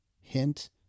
hint